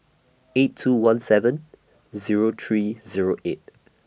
eight two one seven Zero three Zero eight